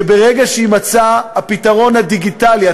לכך שברגע שיימצא הפתרון הדיגיטלי,